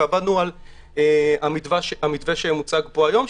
ועבדנו על המתווה שמוצג פה היום,